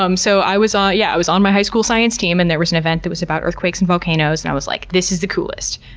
um so i was um yeah i was on my high school science team and there was an event that was about earthquakes and volcanoes and i was like, this is the coolest.